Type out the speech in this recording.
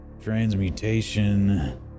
transmutation